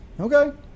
Okay